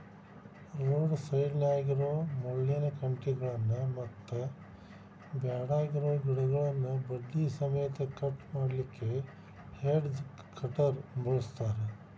road ಸೈಡ್ನ್ಯಾಗಿರೋ ಮುಳ್ಳಿನ ಕಂಟಿಗಳನ್ನ ಮತ್ತ್ ಬ್ಯಾಡಗಿರೋ ಗಿಡಗಳನ್ನ ಬಡ್ಡಿ ಸಮೇತ ಕಟ್ ಮಾಡ್ಲಿಕ್ಕೆ ಹೆಡ್ಜ್ ಕಟರ್ ಬಳಸ್ತಾರ